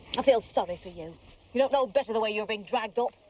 i feel sorry for you. you don't know better the way you are being dragged up,